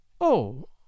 Oh